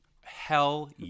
Hell